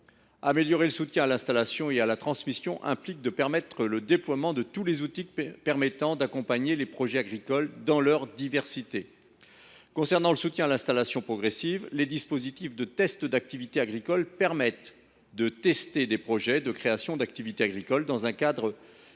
Améliorer le soutien à l’installation et à la transmission implique de permettre le déploiement de tous les outils permettant d’accompagner les projets agricoles dans leur diversité. Concernant le soutien à l’installation progressive, les dispositifs de test d’activité agricole permettent de mettre à l’épreuve des projets de création d’activité agricole dans un cadre limitant